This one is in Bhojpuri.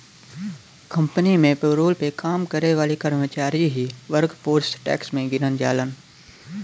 कंपनी में पेरोल पे काम करे वाले कर्मचारी ही वर्कफोर्स टैक्स में गिनल जालन